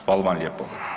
Hvala vam lijepo.